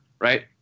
right